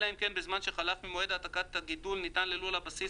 אלא אם כן בזמן שחלף ממועד העתקת הגידול ניתן ללול הבסיס